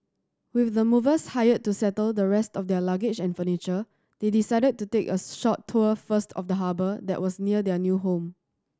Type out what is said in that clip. with the movers hired to settle the rest of their luggage and furniture they decided to take a short tour first of the harbour that was near their new home